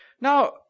now